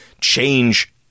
change